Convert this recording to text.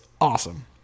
awesome